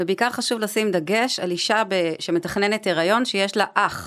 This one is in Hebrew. ובעיקר חשוב לשים דגש על אישה ב...שמתכננת הריון, שיש לה אח.